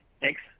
Thanks